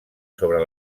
sobre